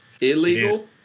Illegal